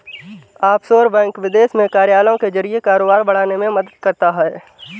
offshore bank विदेश में कार्यालयों के जरिए कारोबार बढ़ाने में मदद करता है